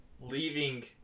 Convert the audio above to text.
leaving